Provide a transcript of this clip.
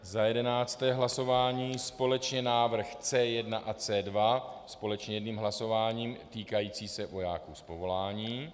Za jedenácté hlasování společně návrh C1 a C2, společně jedním hlasováním, týkající se vojáků z povolání.